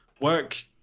work